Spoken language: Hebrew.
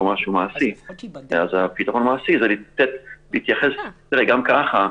אז הפתרון המעשי זה בהתייחס גם ככה,